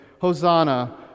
Hosanna